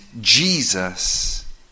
Jesus